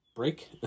Break